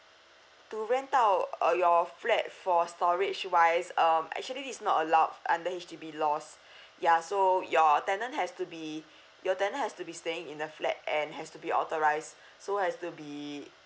to rent out uh your flat for storage wise um actually it is not allowed under H_D_B laws yeah so your tenant has to be your tenant has to be staying in the flat and has to be authorize so has to be